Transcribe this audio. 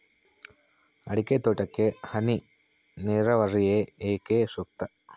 ಅಡಿಕೆ ತೋಟಕ್ಕೆ ಹನಿ ನೇರಾವರಿಯೇ ಏಕೆ ಸೂಕ್ತ?